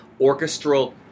orchestral